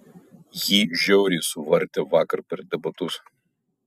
jį žiauriai suvartė vakar per debatus